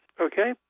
Okay